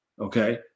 okay